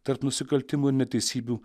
tarp nusikaltimų ir neteisybių